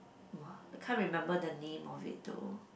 !wah! I can't remember the name of it though